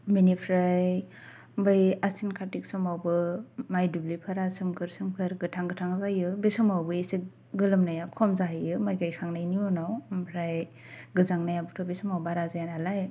बेनिफ्राय बै आसिन कार्तिक समावबो माय दुब्लिफोरा सोमखोर सोमखोर गोथां गोथां जायो बे समावबाे एसे गोलोमनाया खम जाहैयो माय गायखांनायनि उनाव ओमफ्राय गोजांनायाबोथ' बे समाव बारा जाया नालाय